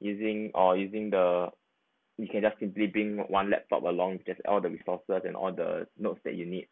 using or using the you can just simply bring one laptop along just all the resources and all the notes that you need